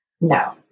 No